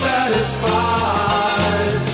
Satisfied